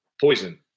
poison